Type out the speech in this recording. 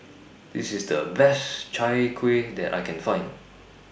This IS The Best Chai Kuih that I Can Find